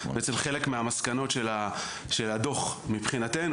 בעצם חלק מהמסקנות של הדו"ח מבחינתנו,